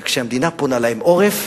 וכשהמדינה מפנה להם עורף,